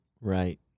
Right